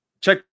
Check